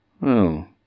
Well